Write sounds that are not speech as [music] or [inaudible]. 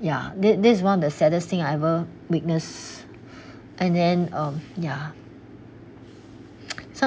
ya this this is one of the saddest thing I ever witness and then um ya [noise]